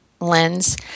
lens